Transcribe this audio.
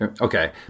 Okay